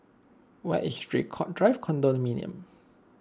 where is Draycott Drive Condominium